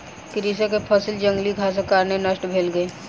कृषक के फसिल जंगली घासक कारणेँ नष्ट भ गेल